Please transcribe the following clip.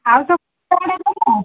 ଆଉ ସବୁ ଦେଖିନ